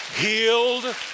Healed